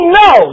no